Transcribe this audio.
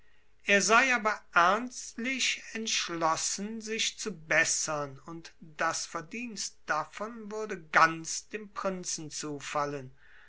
er sei aber ernstlich entschlossen sich zu bessern und das verdienst davon würde ganz dem prinzen zufallen